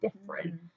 different